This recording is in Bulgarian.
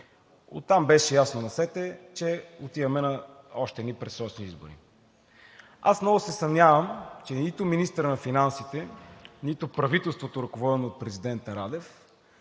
насетне беше ясно, че отиваме на още едни предсрочни избори. Много се съмнявам, че нито министърът на финансите, нито правителството, ръководено от президента Радев,